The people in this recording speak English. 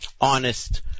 honest